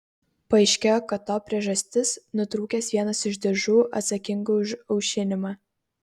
paaiškėjo kad to priežastis nutrūkęs vienas iš diržų atsakingų už aušinimą